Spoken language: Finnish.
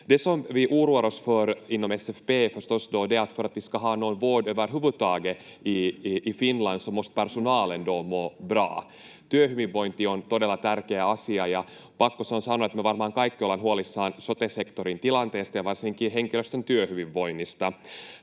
någon vård överhuvudtaget i Finland så måste personalen må bra. Työhyvinvointi on todella tärkeä asia, ja pakko se on sanoa, että me varmaan kaikki ollaan huolissaan sote-sektorin tilanteesta ja varsinkin henkilöstön työhyvinvoinnista.